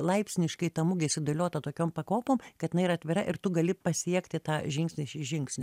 laipsniškai ta mugė sudėliota tokiom pakopom kad inai yra atvira ir tu gali pasiekti tą žingsnį iš žingsnio